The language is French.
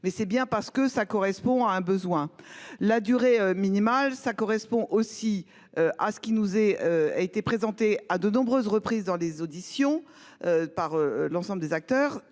mais c'est bien parce que ça correspond à un besoin. La durée minimale, ça correspond aussi. À ce qui nous ait a été présentée à de nombreuses reprises dans des auditions. Par l'ensemble des acteurs,